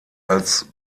als